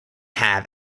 have